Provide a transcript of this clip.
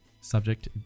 subject